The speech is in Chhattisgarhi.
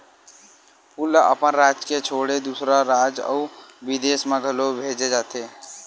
फूल ल अपन राज के छोड़े दूसर राज अउ बिदेस म घलो भेजे जाथे